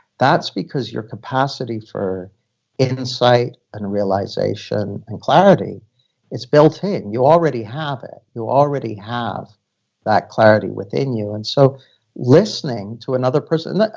that's because your capacity for insight, and realization, and clarity is built in. you already have it you already have that clarity within you and so listening to another person,